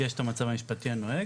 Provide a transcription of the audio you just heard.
יש את המצב המשפטי הנוהג,